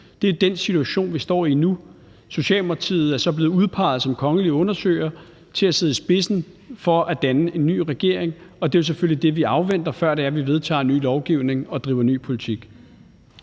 Det er den situation, vi står i nu. Mette Frederiksen fra Socialdemokratiet er så blevet udpeget som kongelig undersøger til at sidde i spidsen for at danne en ny regering, og det er jo selvfølgelig det, vi afventer, før vi vedtager ny lovgivning og driver ny politik.